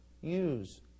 use